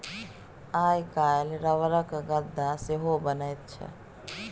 आइ काल्हि रबरक गद्दा सेहो बनैत छै